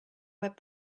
web